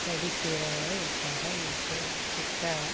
ದಡಿ ಸೀರೆಗಳು ಉಡ್ತಾರೆ ಮತ್ತು ಚಿಕ್ಕ